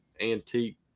antique